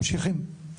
ממשיכים: